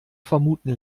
vermuten